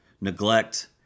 neglect